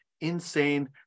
insane